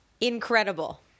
incredible